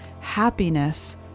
happiness